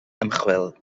ymchwil